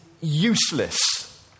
useless